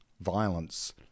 violence